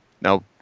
Now